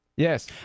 Yes